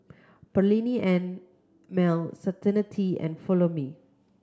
Perllini and Mel Certainty and Follow Me